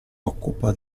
occupa